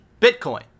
bitcoin